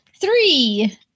Three